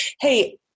Hey